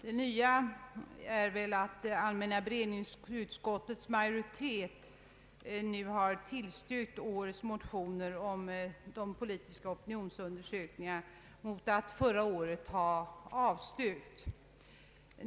Det nya är väl att allmänna beredningsutskottets majoritet nu har tillstyrkt årets motioner om de politiska opinionsundersökningarna mot att förra året ha avstyrkt.